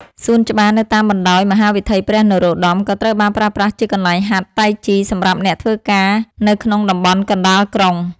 សួនច្បារនៅតាមបណ្ដោយមហាវិថីព្រះនរោត្ដម ក៏ត្រូវបានប្រើប្រាស់ជាកន្លែងហាត់តៃជីសម្រាប់អ្នកធ្វើការនៅក្នុងតំបន់កណ្ដាលក្រុង។